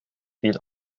viel